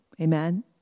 Amen